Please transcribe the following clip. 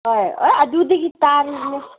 ꯍꯣꯏ ꯑꯥ ꯑꯗꯨꯗꯒꯤ ꯇꯥꯔꯤꯕꯅꯤ